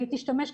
והיא תשתמש,